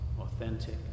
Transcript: authentic